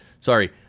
sorry